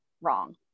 wrong